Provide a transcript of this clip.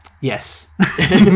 Yes